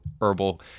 Herbal